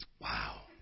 Wow